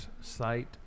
site